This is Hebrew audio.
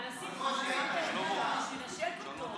אחמד, למה ירדת מהדוכן?